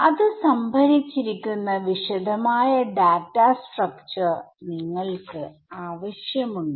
അത് സംഭരിച്ചിരിക്കുന്ന വിശദമായ ഡാറ്റാ സ്ട്രക്ച്ചർ നിങ്ങൾക്ക് ആവശ്യമുണ്ട്